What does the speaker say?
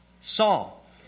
Saul